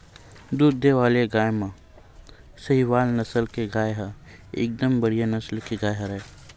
दूद देय वाले गाय म सहीवाल नसल के गाय ह एकदम बड़िहा नसल के गाय हरय